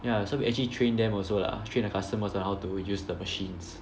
ya so we actually trained them also lah train the customers on how to use the machines